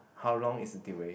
how long is the duration